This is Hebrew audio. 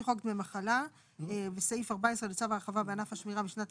טור 1 טור 2 טור 3 טור 4 רכיבי שכר ערך שעה לעובד שמירה שמועסק 5